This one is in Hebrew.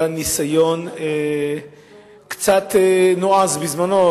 היה ניסיון קצת נועז בזמנו,